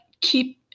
keep